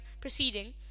proceeding